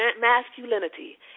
Masculinity